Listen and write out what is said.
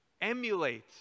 emulate